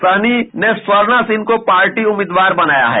सहनी ने स्वर्णा सिंह को पार्टी उम्मीदवार बनाया है